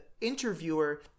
interviewer